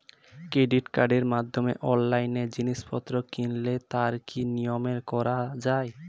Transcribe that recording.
Credit কার্ডের মাধ্যমে অনলাইনে জিনিসপত্র কিনলে তার কি নিয়মে করা যায়?